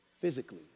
physically